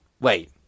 Wait